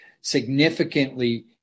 significantly